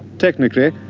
technically,